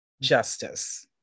justice